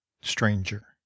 Stranger